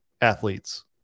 athletes